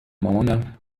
مامان